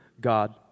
God